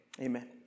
amen